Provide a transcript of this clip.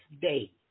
day